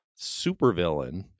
supervillain